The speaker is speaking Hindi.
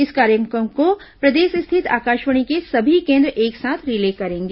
इस कार्यक्रम को प्रदेश स्थित आकाशवाणी के सभी केन्द्र एक साथ रिले करेंगे